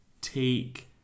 Take